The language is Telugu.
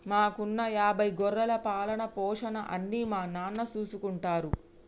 మాకున్న యాభై గొర్రెల పాలన, పోషణ అన్నీ మా నాన్న చూసుకుంటారు